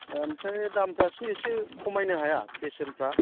ओमफ्राय दामफोरासो एसे खमायनो हाया बेसेनफोरा